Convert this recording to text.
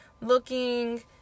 looking